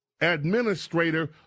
administrator